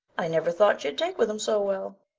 i never thought she'd take with them so well.